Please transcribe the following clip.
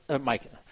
Mike